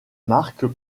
marques